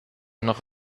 noch